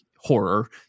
horror